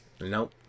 nope